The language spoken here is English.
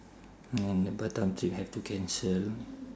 and then the batam trip have to cancel